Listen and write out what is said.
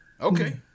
Okay